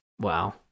Wow